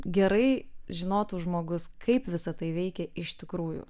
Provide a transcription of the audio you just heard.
gerai žinotų žmogus kaip visa tai veikia iš tikrųjų